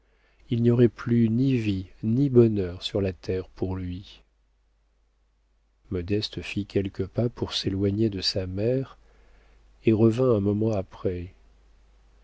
il n'y aurait plus ni vie ni bonheur sur la terre pour lui modeste fit quelques pas pour s'éloigner de sa mère et revint un moment après